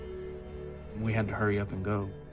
we had to hurry up and go.